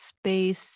space